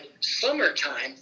summertime